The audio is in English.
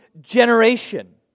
generation